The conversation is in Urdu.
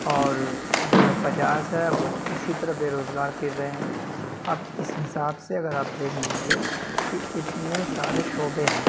اور جو ہے پچاس ہے وہ اسی طرح بےروزگار پھر رہے ہیں اب اس حساب سے اگر آپ دیکھ لیجیے کہ اتنے سارے شعبے ہیں